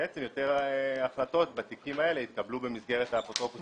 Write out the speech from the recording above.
בעצם יותר החלטות בתיקים האלה התקבלו במסגרת האפוטרופוס הכללי.